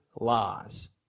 laws